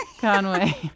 Conway